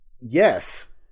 Yes